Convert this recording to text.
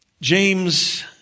James